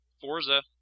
Forza